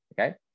okay